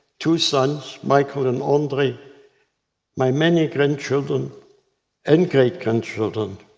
two sons michael and andre my many grandchildren and great-grandchildren,